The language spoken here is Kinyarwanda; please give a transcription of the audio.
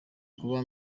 kuba